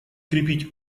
крепить